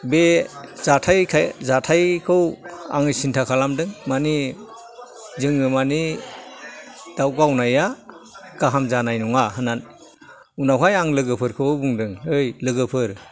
बे जाथायखौ आङो सिन्था खालामदों मानि जोङो मानि दाव गावनाया गाहाम जानाय नङा होन्ना उनावहाय आङो लोगोफोरखौ बुंदों ओइ लोगोफोर